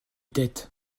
têtes